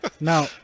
Now